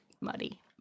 muddy